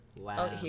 Wow